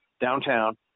downtown